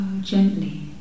gently